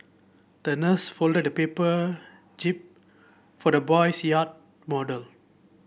the nurse folded a paper jib for the boy's yacht model